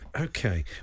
okay